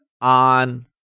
on